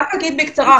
אני רק אגיד בקצרה,